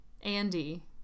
Andy